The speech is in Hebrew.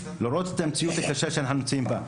ופשוט לראות את המציאות הקשה שאנחנו חיים בה.